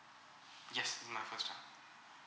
yes my first child